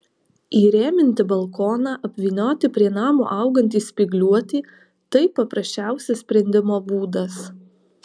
įrėminti balkoną apvynioti prie namo augantį spygliuotį tai paprasčiausias sprendimo būdas